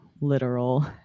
literal